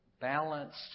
balanced